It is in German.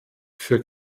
für